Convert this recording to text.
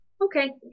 Okay